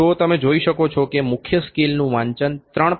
તો તમે જોઈ શકો છો કે મુખ્ય સ્કેલનું વાંચન 3